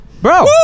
Bro